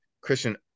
Christian